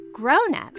Grown-ups